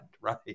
right